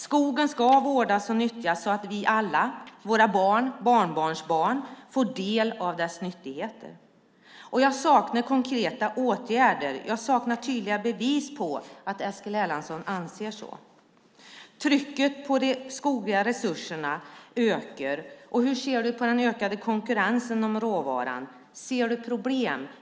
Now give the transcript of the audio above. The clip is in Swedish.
Skogen ska vårdas och nyttjas, så att vi alla och våra barn och barnbarnsbarn får del av dess nyttigheter. Jag saknar konkreta åtgärder och tydliga bevis på att Eskil Erlandsson anser så. Trycket på de skogliga resurserna ökar. Hur ser du på den ökade konkurrensen om råvaran? Ser du problem?